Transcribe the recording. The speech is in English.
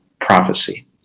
prophecy